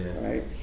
right